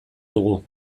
dugu